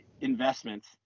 investments